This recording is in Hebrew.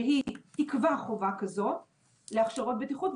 שהיא תקבע חובה כזאת להכשרות בטיחות,